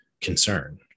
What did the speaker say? concern